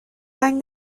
رنگ